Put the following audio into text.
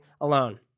alone